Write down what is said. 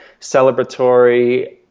celebratory